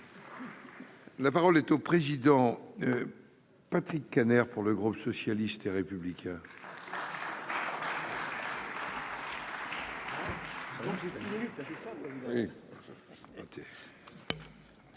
La parole est à M. Patrick Kanner, pour le groupe socialiste et républicain.